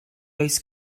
oes